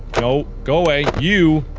no go away, you.